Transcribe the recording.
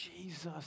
Jesus